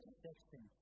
section